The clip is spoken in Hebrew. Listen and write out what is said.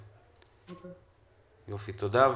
תודה.